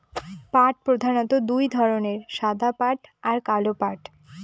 পাট প্রধানত দু ধরনের সাদা পাট আর কালো পাট